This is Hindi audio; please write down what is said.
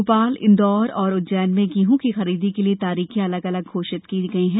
भोपाल इंदौर और उज्जैन में गेहूँ की खरीदी के लिये तारीखें अलग से घोषित की जायेगी